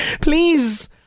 Please